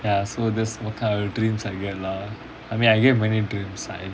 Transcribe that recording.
ya so this is what kind of dreams I get lah I mean I get many dreams I